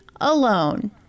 alone